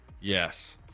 Yes